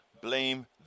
blame